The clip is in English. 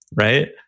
right